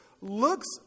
looks